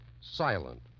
silent